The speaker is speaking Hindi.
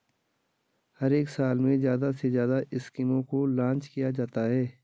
हर एक साल में ज्यादा से ज्यादा स्कीमों को लान्च किया जाता है